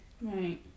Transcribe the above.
Right